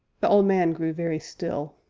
the old man grew very still,